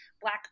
black